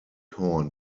horn